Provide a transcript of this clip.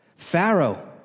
Pharaoh